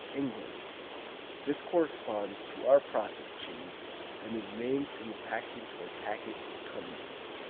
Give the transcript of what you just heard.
england this corresponds to our process cheese and is named from the package or packet it comes in.